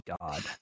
god